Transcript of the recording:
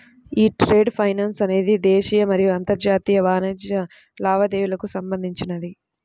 యీ trade finance అనేది దేశీయ మరియు అంతర్జాతీయ వాణిజ్య లావాదేవీలకు సంబంధించినది